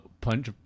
Punch